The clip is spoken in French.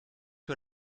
que